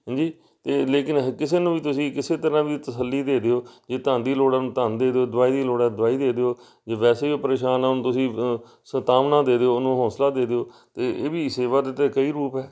ਹਾਂਜੀ ਅਤੇ ਲੇਕਿਨ ਅਹ ਕਿਸੇ ਨੂੰ ਵੀ ਤੁਸੀਂ ਕਿਸੇ ਤਰ੍ਹਾਂ ਵੀ ਤਸੱਲੀ ਦੇ ਦਿਓ ਜੇ ਧਨ ਦੀ ਲੋੜ ਹੈ ਉਹਨੂੰ ਧਨ ਦੇ ਦਿਓ ਦਵਾਈ ਦੀ ਲੋੜ ਹੈ ਦਵਾਈ ਦੇ ਦਿਓ ਜੇ ਵੈਸੇ ਵੀ ਉਹ ਪਰੇਸ਼ਾਨ ਆ ਉਹਨੂੰ ਤੁਸੀਂ ਅ ਸਤਾਵਨਾ ਦੇ ਦਿਓ ਉਹਨੂੰ ਹੌਸਲਾ ਦੇ ਦਿਓ ਅਤੇ ਇਹ ਵੀ ਸੇਵਾ ਦੇ ਤਾਂ ਕਈ ਰੂਪ ਹੈ